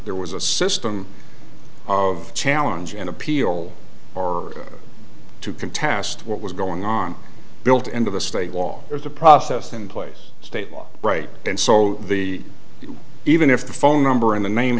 there was a system of challenge and appeal or to contest what was going on built end of a state law there's a process in place state law right and so the even if the phone number and the name